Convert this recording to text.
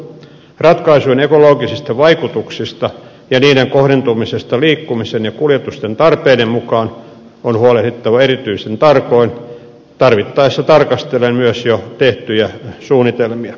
ratkaisujen ekologisista vaikutuksista ja niiden kohdentumisesta liikkumisen ja kuljetusten tarpeiden mukaan on huolehdittava erityisen tarkoin tarvittaessa tarkastellen myös jo tehtyjä suunnitelmia